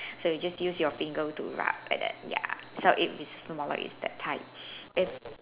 so you just use your finger to rub and then ya so if it's smaller it's that type if